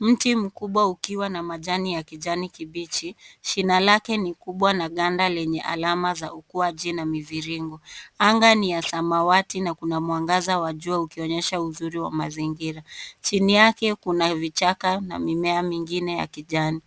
Mti mkubwa ukiwa na majani ya kijani kibichi. Shina lake ni kubwa na ganda lenye alama za ukwaji na mviringo. Anga ni ya samawati na kuna mwangaza wa jua ukionyesha uzuri wa mazingira. Chini yake kuna vichaka na mimea mengine ya kijani.